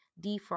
defrost